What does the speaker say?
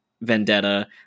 vendetta